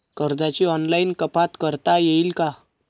कर्जाची ऑनलाईन कपात करता येईल का?